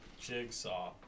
Jigsaw